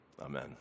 Amen